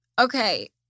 Okay